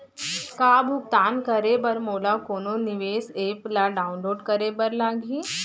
का भुगतान करे बर मोला कोनो विशेष एप ला डाऊनलोड करे बर लागही